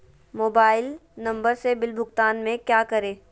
Mobile number से bill भुगतान में क्या करें?